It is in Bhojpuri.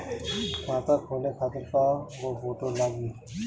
खाता खोले खातिर कय गो फोटो लागी?